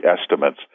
estimates